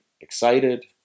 excited